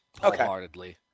wholeheartedly